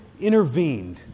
intervened